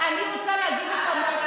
אני רוצה להגיד לך משהו.